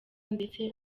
ndetse